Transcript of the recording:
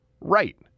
right